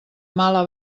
mala